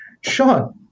Sean